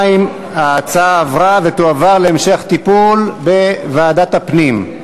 2. ההצעה עברה ותועבר להמשך טיפול בוועדת הפנים.